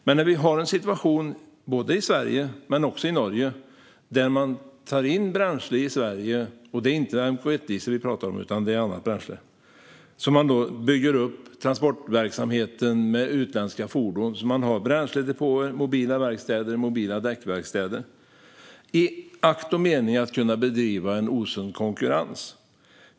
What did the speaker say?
Men både i Sverige och i Norge har vi en situation där man tar in annat bränsle än MK1-diesel och bygger upp transportverksamhet med utländska fordon och bränsledepåer, mobila verkstäder och mobila däckverkstäder i akt och mening att kunna driva osund konkurrens.